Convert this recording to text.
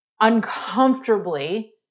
uncomfortably